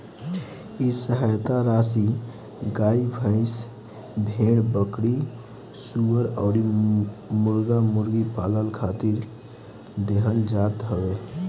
इ सहायता राशी गाई, भईस, भेड़, बकरी, सूअर अउरी मुर्गा मुर्गी पालन खातिर देहल जात हवे